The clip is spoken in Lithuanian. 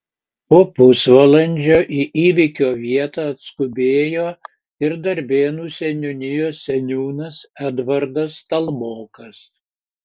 po pusvalandžio į įvykio vietą atskubėjo ir darbėnų seniūnijos seniūnas edvardas stalmokas